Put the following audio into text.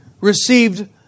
received